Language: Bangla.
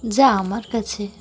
যা আমার কাছে